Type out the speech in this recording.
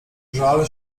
żal